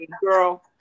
girl